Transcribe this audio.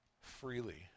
freely